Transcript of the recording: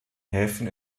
häfen